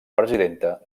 presidenta